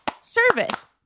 Service